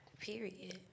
Period